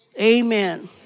Amen